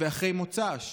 ואחרי מוצ"ש.